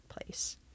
place